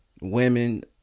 women